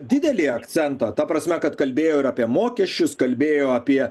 didelį akcentą ta prasme kad kalbėjo ir apie mokesčius kalbėjo apie